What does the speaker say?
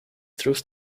truth